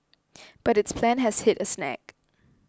but its plan has hit a snag